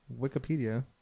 Wikipedia